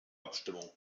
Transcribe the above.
abstimmung